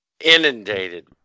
Inundated